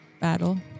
battle